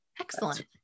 excellent